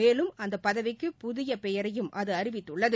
மேலும் அந்த பதவிக்கு புதிய பெயரையும் அது அறிவித்துள்ளது